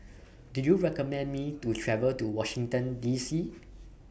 Do YOU recommend Me to travel to Washington D C